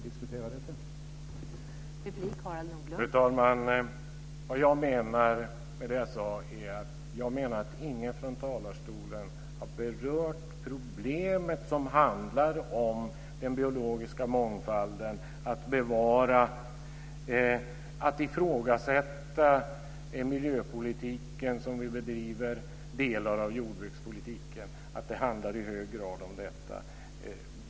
Fru talman! Vad jag menar med det som jag sade är att ingen från talarstolen har berört problemet som handlar om att bevara den biologiska mångfalden och att ifrågasätta den miljöpolitik som vi bedriver och delar av jordbrukspolitiken. Det handlar i hög grad om detta.